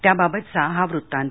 त्याबाबतचा हा वृत्तांत